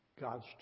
God's